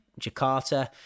Jakarta